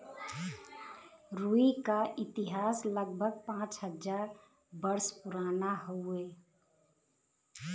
रुई क इतिहास लगभग पाँच हज़ार वर्ष पुराना हउवे